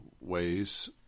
ways